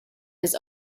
his